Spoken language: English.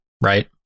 right